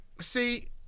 See